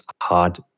hard